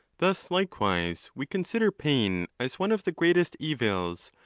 thus, likewise, we consider pain as one of the greatest evils,